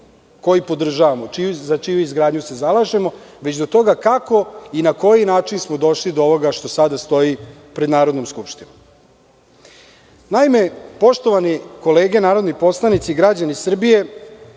koji podržavamo, za čiju izgradnju se zalažemo, već oko toga kako i na koji način smo došli do ovoga što sada stoji pred Narodnom skupštinom. Naime, poštovane kolege narodni poslanici, građani Srbije,